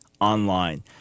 online